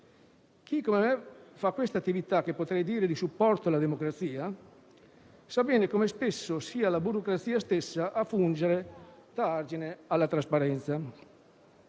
Chi, come me, fa questa attività (che potrei definire di supporto alla democrazia) sa bene come spesso sia la burocrazia stessa a fungere da argine alla trasparenza.